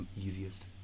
easiest